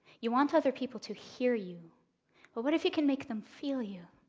you want other people to hear you. but what if you can make them feel you?